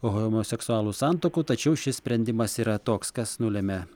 homoseksualų santuokų tačiau šis sprendimas yra toks kas nulemia